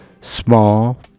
Small